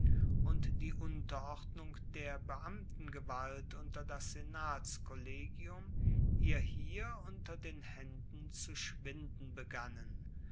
und die unterordnung der beamtengewalt unter das senatskollegium ihr hier unter den haenden zu schwinden begannen